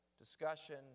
discussion